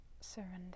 surrender